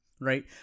right